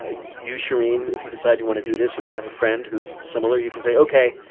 ah you, shereen if you decide you want to do this and you have a friend who's similar, you can say, ok.